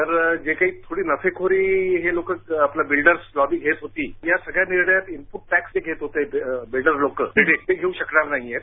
तर जे काही नफेखोरी बिल्डर्स लॉबी घेत होती या सगळ्या निर्णयात इनपूट टॅक्स घेत होते बिल्डर्स ते घेऊ शकणार नाहीत